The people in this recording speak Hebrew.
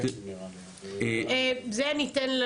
אני אסיים,